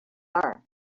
are